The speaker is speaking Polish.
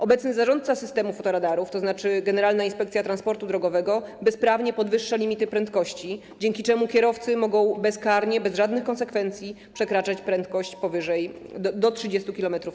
Obecny zarządca systemu fotoradarów, tzn. Generalna Inspekcja Transportu Drogowego, bezprawnie podwyższa limity prędkości, dzięki czemu kierowcy mogą bezkarnie, bez żadnych konsekwencji przekraczać prędkość do 30 km/h.